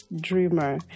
dreamer